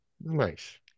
Nice